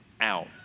out